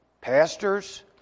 pastors